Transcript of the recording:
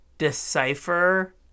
decipher